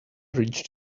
reached